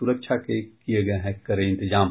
सुरक्षा के किये गये है कड़े इंतजाम